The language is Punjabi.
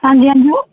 ਹਾਂਜੀ ਹਾਂਜੀ